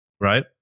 Right